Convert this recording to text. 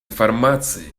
информация